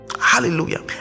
hallelujah